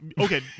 Okay